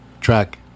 Track